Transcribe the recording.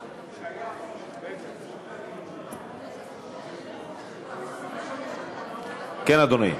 כן, אדוני.